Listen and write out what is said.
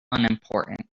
unimportant